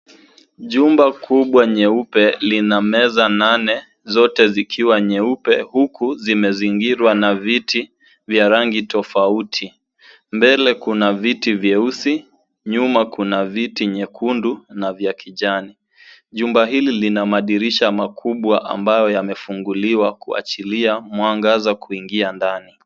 Jumba kubwa nyeupe lina meza nane, zote zikiwa nyeupe, huku zimezingirwa na viti vya rangi tofauti. Mbele kuna viti vyeusi, nyuma kuna viti vyekundu na vya kijani. Jumba hili lina madirisha makubwa ambayo yamefunguliwa kuachilia mwangaza kuingia ndani.